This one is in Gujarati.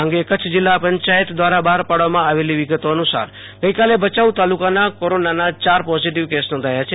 આ અંગે કચ્છ જિલ્લા પંચાયત દવારા બહાર પાડવામાં આવેલ વિગતો અનુસાર ગઈકાલે ભચાઉ તાલુકામાં કોરોનાના ચાર પોઝીટીવ કેસ નોંધાયા છે